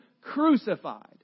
crucified